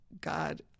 God